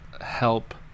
help